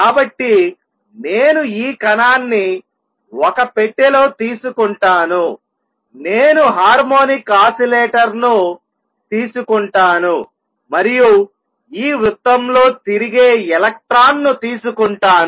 కాబట్టి నేను ఈ కణాన్ని ఒక పెట్టెలో తీసుకుంటాను నేను హార్మోనిక్ ఆసిలేటర్ను తీసుకుంటాను మరియు ఈ వృత్తంలో తిరిగే ఎలక్ట్రాన్ను తీసుకుంటాను